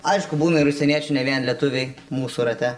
aišku būna ir užsieniečių ne vien lietuviai mūsų rate